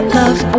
love